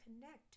connect